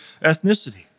ethnicity